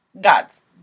gods